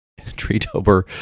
Treetober